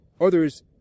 Others